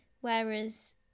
Whereas